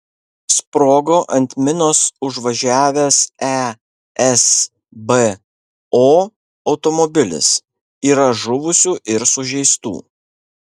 sprogo ant minos užvažiavęs esbo automobilis yra žuvusių ir sužeistų